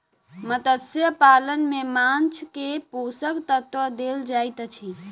मत्स्य पालन में माँछ के पोषक तत्व देल जाइत अछि